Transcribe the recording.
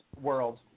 world